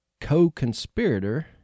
co-conspirator